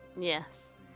Yes